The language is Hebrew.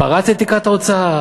פרץ את תקרת האוצר,